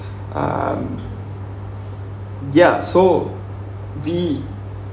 um ya so the